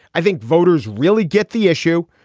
i think voters really get the issue.